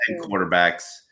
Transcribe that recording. quarterbacks